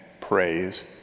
praise